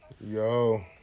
Yo